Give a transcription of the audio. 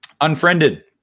Unfriended